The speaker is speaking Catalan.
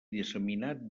disseminat